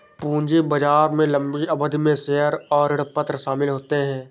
पूंजी बाजार में लम्बी अवधि में शेयर और ऋणपत्र शामिल होते है